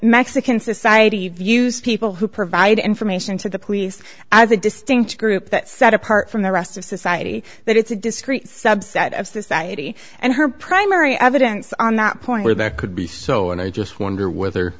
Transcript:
mexican society views people who provide information to the police as a distinct group that set apart from the rest of society that it's a discrete subset of society and her primary evidence on that point where there could be so and i just wonder whether